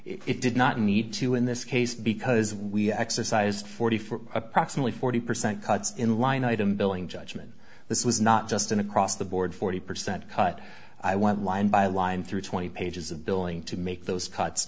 it did not need to in this case because we exercised forty for approximately forty percent cuts in line item billing judgment this was not just an across the board forty percent cut i want line by line through twenty pages of billing to make those